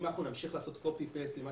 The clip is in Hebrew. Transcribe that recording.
אם אנחנו נמשיך לעשות העתק-הדבק למה